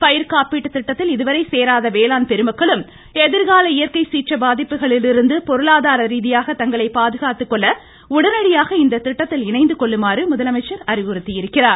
பயிர்காப்பீடு திட்டத்தில் இதுவரை சேராத வேளாண் பெருமக்களும் எதிர்கால இயற்கை சீற்ற பாதிப்புகளிலிருந்து பொருளாதார ரீதியாக தங்களை பாதுகாத்துக்கொள்ள உடனடியாக இந்த திட்டத்தில் இணைத்து கொள்ளுமாறு முதலமைச்சர் அறிவுறுத்தியுள்ளார்